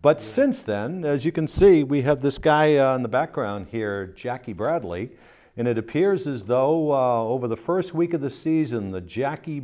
but since then as you can see we have this guy in the background here jackie bradley and it appears as though over the first week of the season the jackie